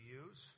use